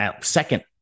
second